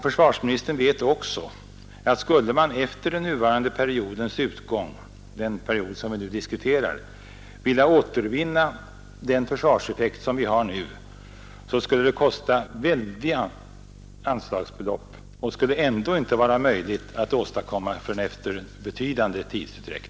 Försvarsministern vet också att skulle man efter den nuvarande periodens utgång — den period som vi nu diskuterar — vilja återvinna den försvarseffekt som vi nu har, så skulle det kosta väldiga anslagsbelopp, och ändå skulle det inte vara möjligt att uppnå den effekten förrän efter betydande tidsutdräkt.